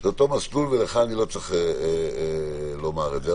זה אותו מסלול, ולך אני לא צריך לומר את זה.